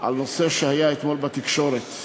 על נושא שהיה אתמול בתקשורת.